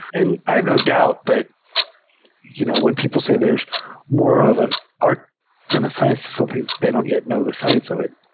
and i have no doubt that you know when people say there's more of an art than a science to something. they don't yet know the sites of it.